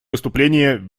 выступление